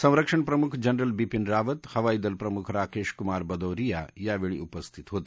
संरक्षण प्रमुख जनरल बिपीन रावत हवाई दल प्रमुख राकेश कुमार बदौरिया यावेळी उपस्थित होते